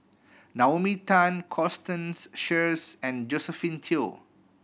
Naomi Tan Constance Sheares and Josephine Teo